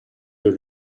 fell